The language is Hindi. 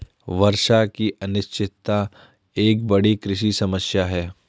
वर्षा की अनिश्चितता एक बड़ी कृषि समस्या है